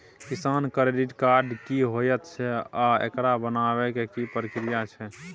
किसान credit card की होयत छै आ एकरा बनाबै के की प्रक्रिया छै?